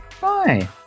Bye